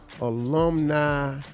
alumni